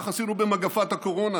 כך עשינו במגפת הקורונה